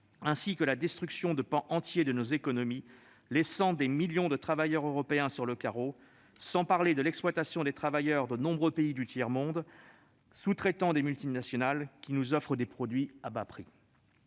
ainsi que par la destruction de pans entiers de nos économies, laissant des millions de travailleurs européens sur le carreau, sans parler de l'exploitation des travailleurs de nombreux pays du tiers-monde, sous-traitants des multinationales qui nous offrent des produits à bas prix.